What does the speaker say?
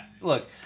look